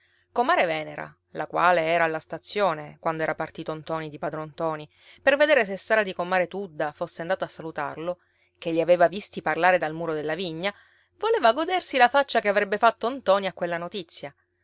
comare venera la quale era alla stazione quando era partito ntoni di padron ntoni per vedere se sara di comare tudda fosse andata a salutarlo ché li aveva visti parlare dal muro della vigna voleva godersi la faccia che avrebbe fatto ntoni a quella notizia